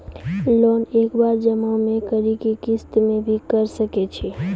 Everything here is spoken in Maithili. लोन एक बार जमा म करि कि किस्त मे भी करऽ सके छि?